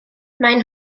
maen